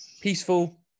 peaceful